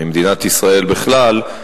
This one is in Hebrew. ממדינת ישראל בכלל,